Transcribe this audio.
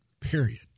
Period